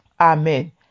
Amen